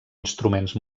instruments